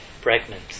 pregnant